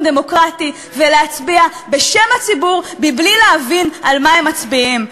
דמוקרטי ולהצביע בשם הציבור מבלי להבין על מה הם מצביעים,